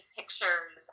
pictures